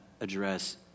address